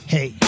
Hey